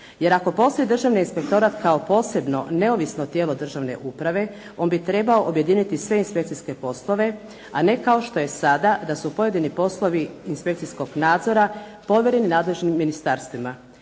jer ako postoji Državni inspektorat kao posebno neovisno tijelo državne uprave, on bi trebao objediniti sve inspekcijske poslove, a ne kao što je sada da su pojedini poslovi inspekcijskog nadzora povjereni nadležnim ministarstvima.